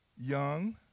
young